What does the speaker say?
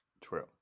True